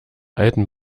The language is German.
alten